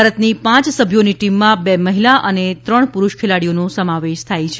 ભારતની પાંચ સભ્યોની ટીમમાં બે મહિલા અને ત્રણ પુરૂષ ખેલાડીઓનો સમાવેશ થાય છે